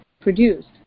produced